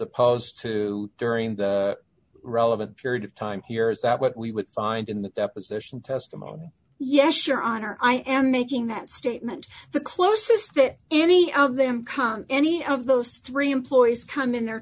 opposed to during the relevant period of time here is that what we would find in the deposition testimony yes your honor i am making that statement the closest that any of them come any of those three employees come in their